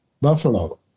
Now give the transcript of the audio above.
Buffalo